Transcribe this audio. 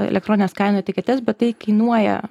elektronines kainų etiketes bet tai kainuoja